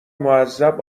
معذب